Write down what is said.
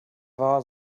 wahr